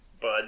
bud